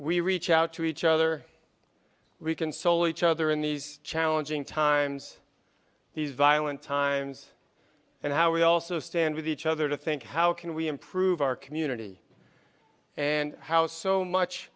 we reach out to each other we console each other in these challenging times these violent times and how we also stand with each other to think how can we improve our community and how so much